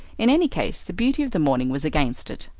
in any case, the beauty of the morning was against it.